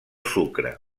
sucre